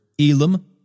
Elam